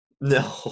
No